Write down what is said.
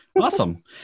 Awesome